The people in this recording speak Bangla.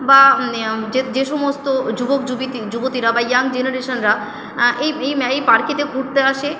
বা যে যে সমস্ত যুবক যুবতীরা বা ইয়াং জেনারেশনরা এই এই পার্কেতে ঘুরতে আসে